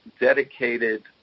dedicated